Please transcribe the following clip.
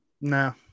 No